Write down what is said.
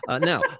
Now